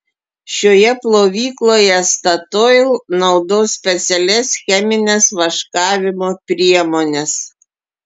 šioje plovykloje statoil naudos specialias chemines vaškavimo priemones